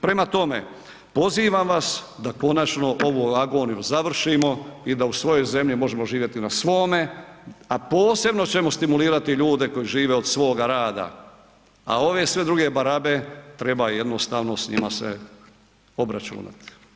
Prema tome, pozivam vas da konačno ovu agoniju završimo i da u svojoj zemlji možemo živjeti na svome, a posebno ćemo stimulirati ljude koji žive od svoga rada, a ove sve druge barabe treba jednostavno s njima se obračunat.